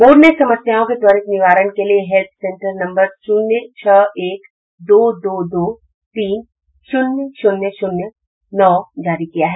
board ने समस्याओं के त्वरित निदान के लिये हेल्प सेंटर नम्बर शून्य छह एक दो दो दो तीन शून्य शून्य शून्य नौ जारी किया है